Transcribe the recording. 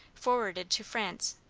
forwarded to france,